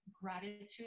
gratitude